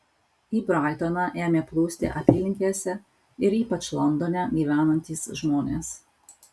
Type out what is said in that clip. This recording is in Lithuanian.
į braitoną ėmė plūsti apylinkėse ir ypač londone gyvenantys žmonės